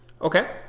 Okay